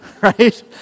right